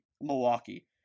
Milwaukee